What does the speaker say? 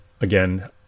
Again